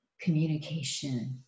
communication